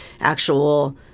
actual